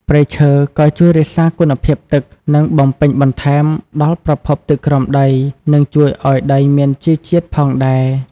ព្រៃឈើក៏ជួយរក្សាគុណភាពទឹក និងបំពេញបន្ថែមដល់ប្រភពទឹកក្រោមដីនិងជួយឲ្យដីមានជីជាតិផងដែរ។